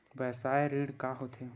व्यवसाय ऋण का होथे?